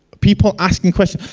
people asking questions,